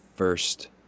first